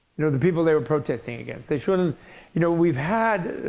you know the people they were protesting against, they shouldn't you know we've had